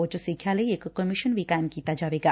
ਉੱਚ ਸਿੱਖਿਆ ਲਈ ਇਕ ਕਮਿਸ਼ਨ ਵੀ ਕਾਇਮ ਕੀਤਾ ਜਾਵੇਗਾ